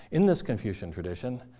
in this confucian tradition,